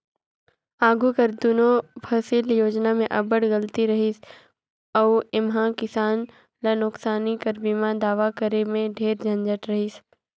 आघु कर दुनो फसिल योजना में अब्बड़ गलती रहिस अउ एम्हां किसान ल नोसकानी कर बीमा दावा करे में ढेरे झंझट रहिस